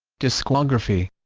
discography